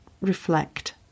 reflect